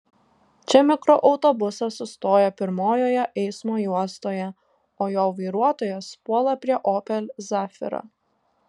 čia mikroautobusas sustoja pirmojoje eismo juostoje o jo vairuotojas puola prie opel zafira